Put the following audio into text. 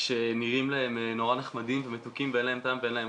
שנראים להם נורא נחמדים ומתוקים ואין להם טעם ואין להם